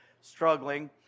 struggling